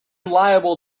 liable